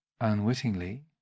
unwittingly